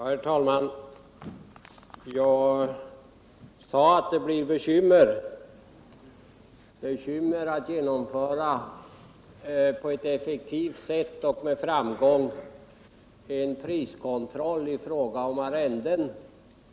Herr talman! Jag sade att det blir bekymmer när det gäller att effektivt och med framgång genomföra en priskontroll i fråga om arrenden.